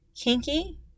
kinky